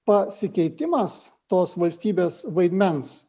pasikeitimas tos valstybės vaidmens